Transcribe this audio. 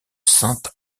sainte